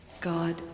God